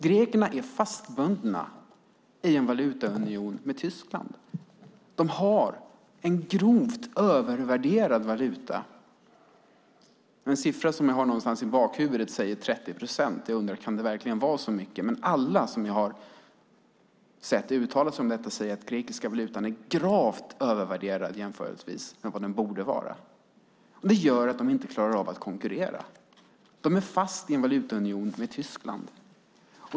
Grekerna är fastbundna i en valutaunion med Tyskland. De har en grovt övervärderad valuta. En siffra som jag har någonstans i bakhuvudet är 30 procent. Jag undrar om det verkligen kan vara så mycket. Men alla som jag har hört uttala sig om detta säger att den grekiska valutan är gravt övervärderad jämfört med vad den borde vara. Det gör att de inte klarar av att konkurrera. Man är fast i en valutaunion med Tyskland.